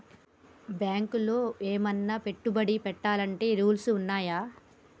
బ్యాంకులో ఏమన్నా పెట్టుబడి పెట్టాలంటే రూల్స్ ఉన్నయా?